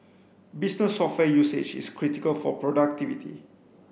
business software usage is critical for productivity